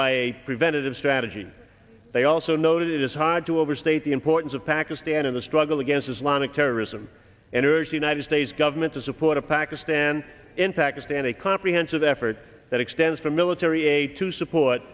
by a preventative strategy they also know that it is hard to overstate the importance of pakistan in the struggle against islamic terrorism and urge the united states government to support of pakistan in pakistan a comprehensive effort that extends from military aid to support